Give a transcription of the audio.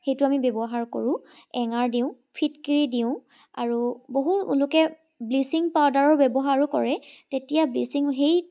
সেইটো আমি ব্যৱহাৰ কৰোঁ এঙাৰ দিওঁ ফিটকিৰি দিওঁ আৰু বহু লোকে ব্লিচিং পাউডাৰো ব্যৱহাৰো কৰে তেতিয়া ব্লিচিং সেই